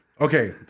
Okay